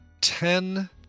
ten